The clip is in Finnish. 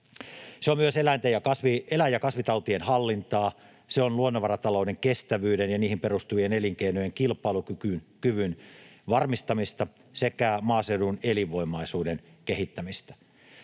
Se on myös eläin- ja kasvitautien hallintaa, se on luonnonvaratalouden, kestävyyden ja niihin perustuvien elinkeinojen kilpailukyvyn varmistamista sekä maaseudun elinvoimaisuuden kehittämistä.